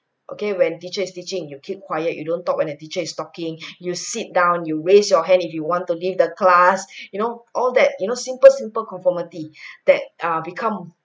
okay when teachers teaching you keep quiet you don't talk when the teacher is talking you sit down you raise your hand if you want to leave the class you know all that you know simple simple conformity that are become